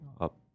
up